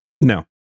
no